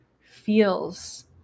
feels